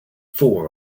four